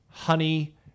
Honey